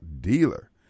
dealer